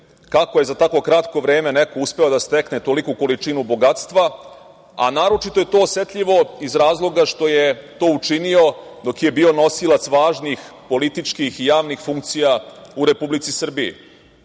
kako je za tako kratko vreme neko uspeo da stekne toliku količinu bogatstva, a naročito je to osetljivo iz razloga što je to učinio dok je bio nosilac važnih političkih i javnih funkcija u Republici Srbiji. Dakle,